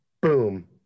Boom